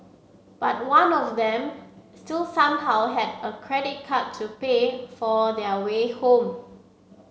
but one of them still somehow had a credit card to pay for their way home